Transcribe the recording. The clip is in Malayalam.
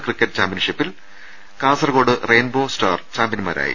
ക്രിക്കറ്റ് ചാമ്പ്യൻഷിപ്പിൽ കാസർകോട് റെയിൻബോ സ്റ്റാർ ചാമ്പൃന്മാരാ യി